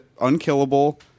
unkillable